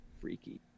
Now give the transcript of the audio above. freaky